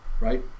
Right